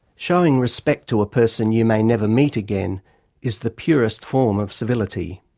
showing respect to a person you may never meet again is the purest form of civility.